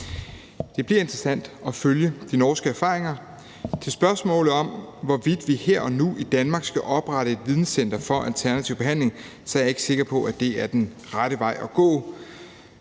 Det bliver interessant at følge de norske erfaringer. I forhold til spørgsmålet om, hvorvidt vi her og nu i Danmark skal oprette et videncenter for alternativ behandling, er jeg ikke sikker på, at det er den rette vej at gå.